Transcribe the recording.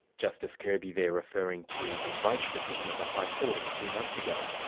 justice kirby there referring to the roach decision of the high court of a few months ago,